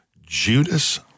Judas